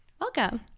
Welcome